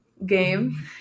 game